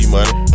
Money